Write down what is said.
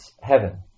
heaven